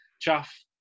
Chaff